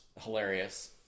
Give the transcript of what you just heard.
hilarious